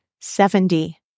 Seventy